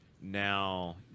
Now